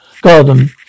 garden